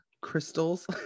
crystals